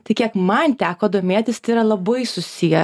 tai kiek man teko domėtis tai yra labai susiję